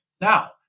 Now